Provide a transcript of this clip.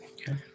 Okay